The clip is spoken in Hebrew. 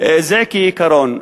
זה כעיקרון.